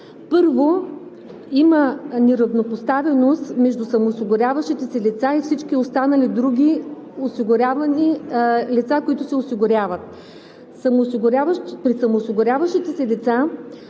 Първо, има неравнопоставеност между самоосигуряващите се лица и всички останали други лица, които се осигуряват. При самоосигуряващите се лица